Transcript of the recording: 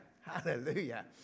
hallelujah